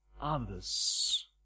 others